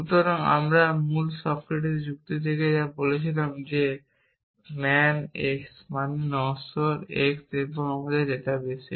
সুতরাং যদি আমাদের মূল সক্রেটিক যুক্তি থাকে যা বলেছিল যে ম্যান এক্স মানে নশ্বর x এবং আমাদের ডাটাবেসে